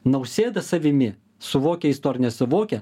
nausėda savimi suvokiajis to ar nesuvokia